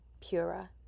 Purer